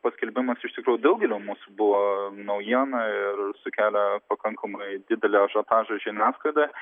paskelbimas iš tikrųjų daugelio mūsų buvo naujiena ir sukėlė pakankamai didelį ažiotažą žiniasklaidoj